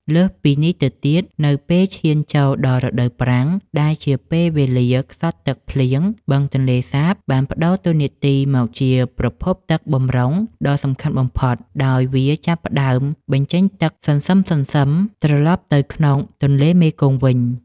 លើសពីនេះទៅទៀត នៅពេលឈានចូលដល់រដូវប្រាំងដែលជាពេលវេលាខ្សត់ទឹកភ្លៀង បឹងទន្លេសាបបានប្តូរតួនាទីមកជាប្រភពទឹកបម្រុងដ៏សំខាន់បំផុត ដោយវាចាប់ផ្តើមបញ្ចេញទឹកសន្សឹមៗត្រឡប់ទៅក្នុងទន្លេមេគង្គវិញ។